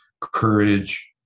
courage